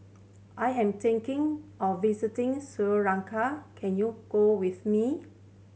I am thinking of visiting Sri Lanka can you go with me